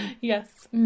Yes